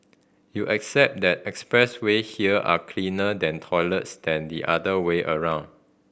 you accept that expressway here are cleaner than toilets than the other way around